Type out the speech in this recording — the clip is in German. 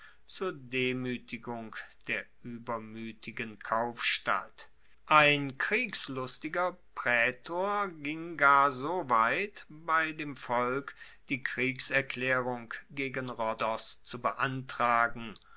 zur demuetigung der uebermuetigen kaufstadt ein kriegslustiger praetor ging gar so weit bei dem volk die kriegserklaerung gegen rhodos zu beantragen